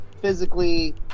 physically